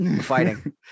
fighting